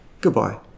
Goodbye